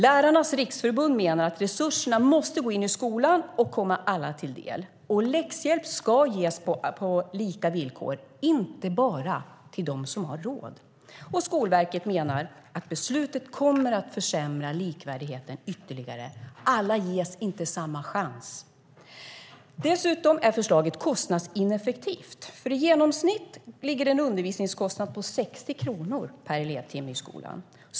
Lärarnas Riksförbund menar att resurserna måste gå in i skolan och komma alla till del. Läxhjälp ska ges på lika villkor och inte bara till dem som har råd. Skolverket menar att beslutet kommer att försämra likvärdigheten ytterligare. Alla ges inte samma chans. Dessutom är förslaget kostnadsineffektivt. Undervisningskostnaden ligger i genomsnitt på 60 kronor per elevtimme i skolan.